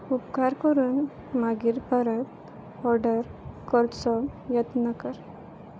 उपकार करून मागीर परत ऑर्डर करचो यत्न कर